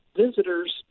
visitors